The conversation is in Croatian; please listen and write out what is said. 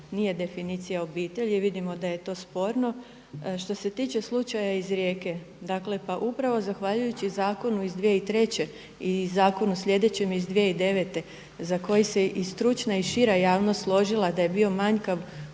nije definicija obitelji. vidimo da je to sporno. Što se tiče slučaja iz Rijeke, dakle pa upravo zahvaljujući zakonu iz 2003. i zakonu sljedećem iz 2009. za koji se i stručna i šira javnost složila da je bio manjkav